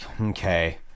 Okay